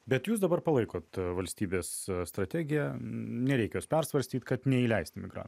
bet jūs dabar palaikot valstybės strategiją nereikia jos persvarstyt kad neįleist migrantų